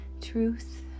truth